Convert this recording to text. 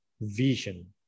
vision